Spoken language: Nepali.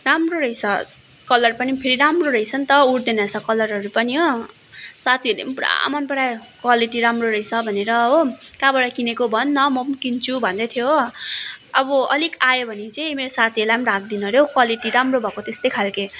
राम्रो रहेछ कलर पनि फेरि राम्रो रहेछ नि त उड्दैन रहेछ कलरहरू पनि हो साथीहरूले पनि पुरा मन परायो क्वालिटी राम्रो रहेछ भनेर हो कहाँबाट किनेको भन् न म पनि किन्छु भन्दै थियो हो अब अलिक आयो भने चाहिँ मेरो साथीहरूलाई पनि राखिदिनु अरे हौ क्वालिटी राम्रो भएको त्यस्तै खालको